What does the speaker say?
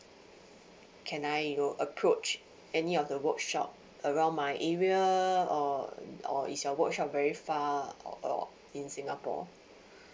can I go approach any of the workshop around my area or or is your workshop very far or uh or in singapore